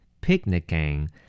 Picnicking